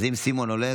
אם סימון עולה,